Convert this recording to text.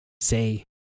say